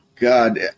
God